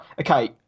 okay